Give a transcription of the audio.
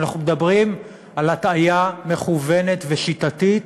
אנחנו מדברים על הטעיה מכוונת ושיטתית